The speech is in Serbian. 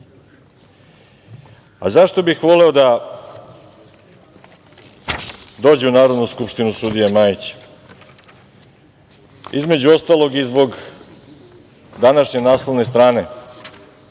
Zašto bih voleo da dođe u Narodnu skupštinu sudija Majić? Između ostalog i zbog današnje naslovne strane